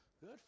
Good